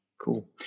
Cool